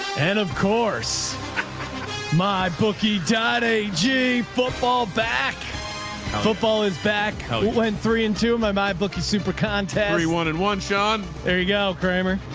and of course my bookie daddy g football back football is back when three and two of my mind book is super contest. you wanted one, sean, there you go. kramer.